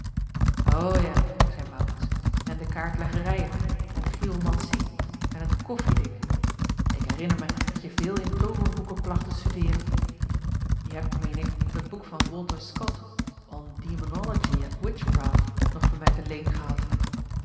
ja zeî maurits en de kaartleggerijen en de chiromancie en het koffiedik ik herinner mij dat je veel in tooverboeken placht te studeeren je hebt meen ik dat boek van walter scott on demonology and witchcrafft nog van mij te leen gehad